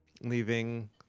leaving